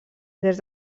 des